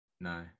No